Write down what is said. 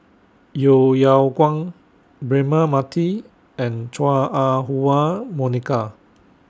Yeo Yeow Kwang Braema Mathi and Chua Ah Huwa Monica